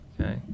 okay